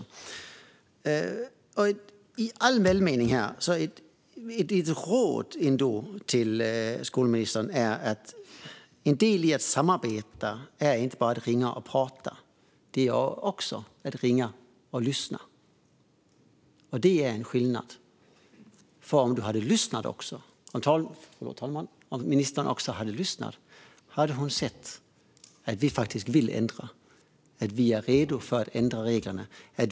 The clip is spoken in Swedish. Ett råd i all välmening till skolministern är att en del i att samarbeta är att inte bara ringa och prata utan att också ringa och lyssna. Det är en skillnad. Om ministern också hade lyssnat hade hon hört att vi faktiskt är redo att ändra reglerna.